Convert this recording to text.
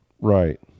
Right